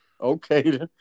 Okay